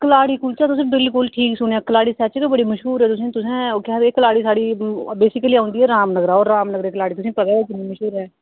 कलाड़ी कुल्चा तुसें विल्कुल ठीक सुनेआ कलाड़ी सच गै बड़ी् मश्हूर ऐ उत्थै ते कलाड़ी साढ़ी बेसीकली औंदी ऐ रामनगरा और रामनगर दी कलाड़ी तुसें पता गै ऐ ओह् किन्नी मश्हूर ऐ